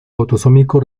autosómico